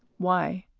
why?